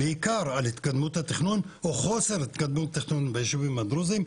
בעיקר על התקדמות התכנון או חוסר התקדמות התכנון בישובים הדרוזים,